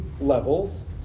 levels